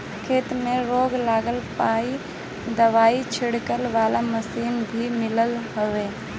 खेते में रोग लागला पअ दवाई छीटे वाला मशीन भी मिलत हवे